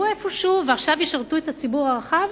איפה שהוא ועכשיו ישרתו את הציבור הרחב?